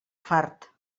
fart